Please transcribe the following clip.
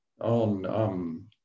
on